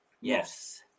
Yes